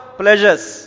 pleasures